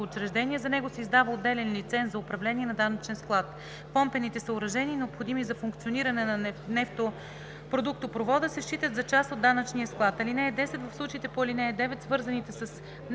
за него се издава отделен лиценз за управление на данъчен склад. Помпените съоръжения, необходими за функциониране на нефтопродуктопровода, се считат за част от данъчния склад. (10) В случаите по ал. 9 свързаните с